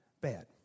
bad